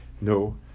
No